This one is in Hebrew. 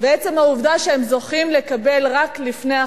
ועצם העובדה שהם זוכים לקבל רק לפני החגים,